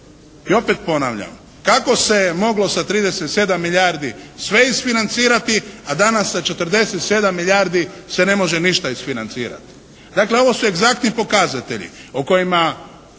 I opet ponavljam, kako se je moglo sa 37 milijardi sve isfinancirati, a danas sa 47 milijardi se ne može ništa isfinancirati. Dakle ovo su egzaktni pokazatelji o kojima